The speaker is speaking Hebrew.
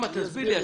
תסביר לי.